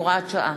והוראת שעה.